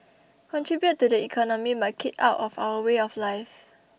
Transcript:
contribute to the economy but keep out of our way of life